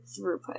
throughput